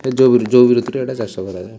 ଏ ଯୋଉ ବି ଯୋଉ ବି ଋତୁଟା ଏଇଟା ଚାଷ କରାଯାଏ